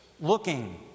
looking